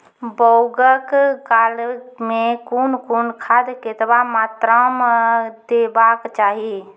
बौगक काल मे कून कून खाद केतबा मात्राम देबाक चाही?